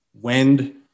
wind